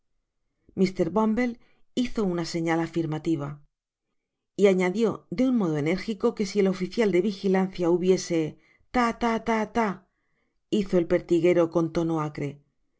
mr bumble hizo una señal afirmativa y añadió de un modo enérgico que si el oficial de vigilancia hubiese ta ta ta ta hizo el pertiguero con tono acresi la